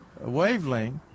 wavelength